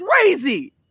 Crazy